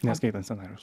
neskaitant scenarijaus